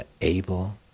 able